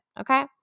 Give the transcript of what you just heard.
Okay